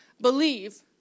believe